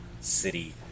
city